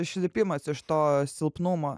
išlipimas iš to silpnumo